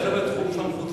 זה לא בתחום סמכותך.